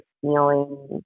feeling